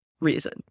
reason